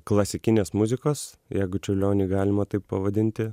klasikinės muzikos jeigu čiurlionį galima taip pavadinti